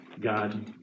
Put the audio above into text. God